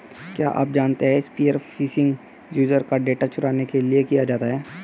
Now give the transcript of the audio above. क्या आप जानते है स्पीयर फिशिंग यूजर का डेटा चुराने के लिए किया जाता है?